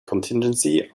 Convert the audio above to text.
contingency